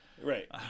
right